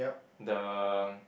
the